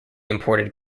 imported